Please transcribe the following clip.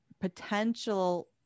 potential